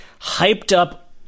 hyped-up